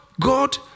God